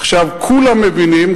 כולם מבינים,